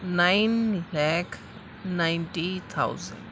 nine lakh ninety thousand